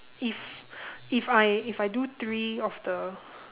if if I if I do three of the